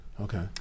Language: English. Okay